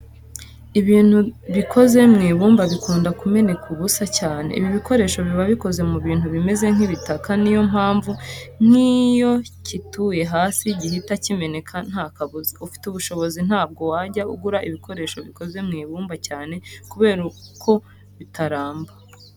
Ibintu bikoze mu ibumba bikunda kumeneka ubusa cyane. Ibi bikoresho biba bikoze mu bintu bimeze nk'ibitaka, niyo mpamvu nk'iyo cyituye hasi gihita kimeneka nta kabuza. Ufite ubushobozi ntabwo wajya ugura ibikoresho bikoze mu ibumba cyane kubera ko bitaramba.